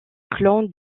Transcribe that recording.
clan